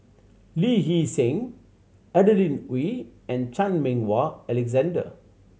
Lee Hee Seng Adeline Ooi and Chan Meng Wah Alexander